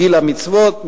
גיל המצוות,